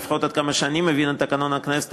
לפחות עד כמה שאני מבין את תקנון הכנסת,